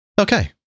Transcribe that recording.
Okay